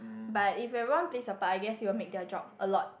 but if everyone plays a part I guess it will make their job a lot